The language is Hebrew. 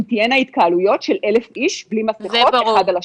אם תהיינה התקהלויות של אלף איש בלי מסכות אחד על השני.